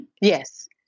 Yes